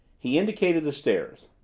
he indicated the stairs.